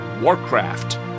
Warcraft